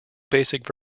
basic